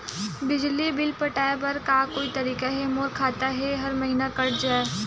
बिजली बिल पटाय बर का कोई तरीका हे मोर खाता ले हर महीना कट जाय?